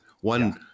One